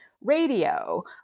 radio